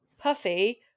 puffy